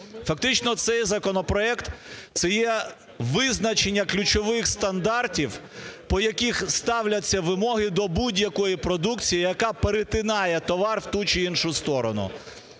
Фактично цей законопроект – це є визначення ключових стандартів, по яких ставляться вимоги до будь-якої продукції, яка перетинає товар в ту чи іншу сторону.